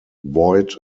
void